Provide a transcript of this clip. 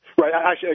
Right